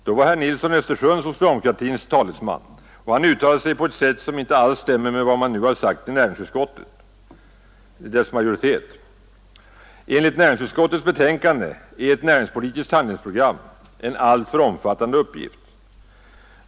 Då var herr Nilsson i Östersund socialdemokratins talesman, och han uttalade sig på ett sätt, som alls inte stämmer med vad man nu har sagt i näringsutskottet. Enligt näringsutskottets betänkande är ett näringspolitiskt handlingsprogram en alltför omfattande uppgift.